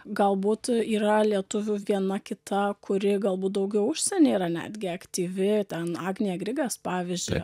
galbūt yra lietuvių viena kita kuri galbūt daugiau užsienyj yra netgi aktyvi ten agnė grigas pavyzdžiui